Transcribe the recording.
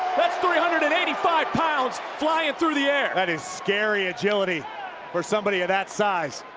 that's three hundred and eighty five pounds flying through the air. that is scary agility for somebody of that size.